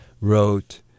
wrote